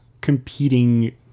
competing